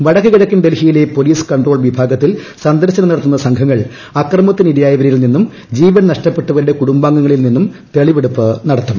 വടക്കുകിഴക്കൻ ഡൽഹിയിലെ police control വിഭാഗത്തിൽ സന്ദർശനം നടത്തുന്ന സംഘങ്ങൾ അക്രമത്തിനിരയായവരിൽ നിന്നും ജീവൻ നഷ്ടപ്പെട്ടവരുടെ കുടുംബാംഗങ്ങളിൽ നിന്നും തെളിവെടുപ്പ് നടത്തും